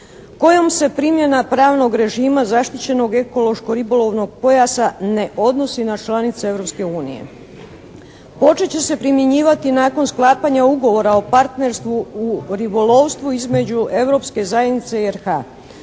kojom se primjena pravnog režima zaštićenog ekološko-ribolovnog pojasa ne odnosi na članice Europske unije. Počet će se primjenjivati nakon sklapanja Ugovora o partnerstvu u ribolovstvu između Europske zajednice i RH-a.